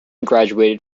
graduated